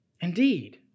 Indeed